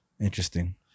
interesting